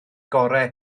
gorau